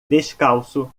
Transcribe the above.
descalço